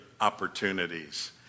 opportunities